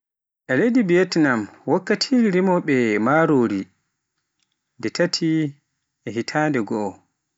Leydi Viatnam e wodi wakkatire remowoobe marori nde tati hitande goo.